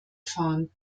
fahren